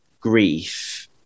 grief